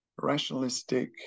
rationalistic